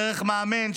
דרך מאמן,